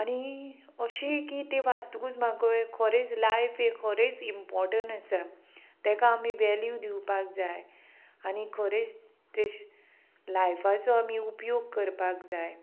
आनी अशें की ते वास्तकूच म्हाका खोरेच लायफ हे खरेंच इम्पोर्टंट आसा ताका आमी वेल्यू दिवपाक जाय आनी खरेंच ते लायफाचो आमी उपयोग करपाक जाय